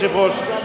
אדוני היושב-ראש,